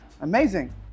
Amazing